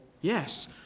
Yes